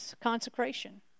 consecration